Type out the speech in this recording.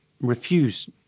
refuse